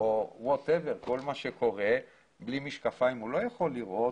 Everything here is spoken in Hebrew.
או כל מה שקורה, בלי משקפיים הוא לא יכול לראות.